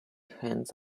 hens